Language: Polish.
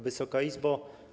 Wysoka Izbo!